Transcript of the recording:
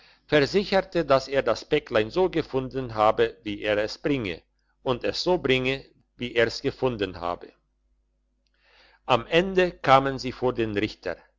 versicherte dass er das päcklein so gefunden habe wie er es bringe und es so bringe wie er's gefunden habe am ende kamen sie vor den richter